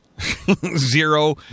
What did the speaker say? Zero